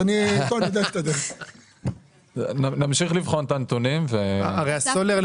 אז אני --- נמשיך לבחון את הנתונים --- הרי הסולר,